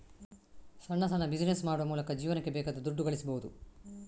ಸಣ್ಣ ಸಣ್ಣ ಬಿಸಿನೆಸ್ ಮಾಡುವ ಮೂಲಕ ಜೀವನಕ್ಕೆ ಬೇಕಾದ ದುಡ್ಡು ಗಳಿಸ್ಬಹುದು